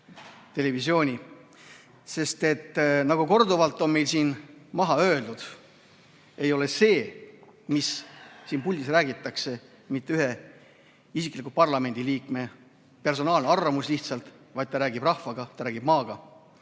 televisiooni abil. Sest nagu korduvalt on meil siin maha öeldud, ei ole see, mis siin puldis räägitakse, lihtsalt ühe parlamendiliikme personaalne arvamus, vaid ta räägib rahvaga, ta räägib maaga.